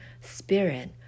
spirit